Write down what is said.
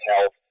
Health